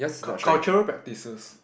cul~ cultural practices